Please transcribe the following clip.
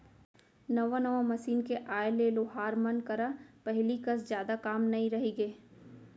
नवा नवा मसीन के आए ले लोहार मन करा पहिली कस जादा काम नइ रइगे